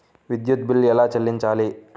విద్యుత్ బిల్ ఎలా చెల్లించాలి?